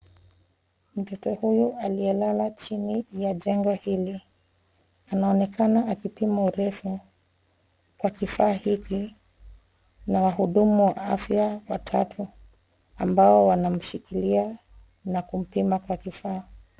Mtoto huyu aliyelala chini ya jengo hili anaonekana akipimwa urefu kwa kifaa hiki na wahudumu wa afya watatu amabo wanamshikilia na kumpima kwa kifaa.